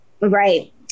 Right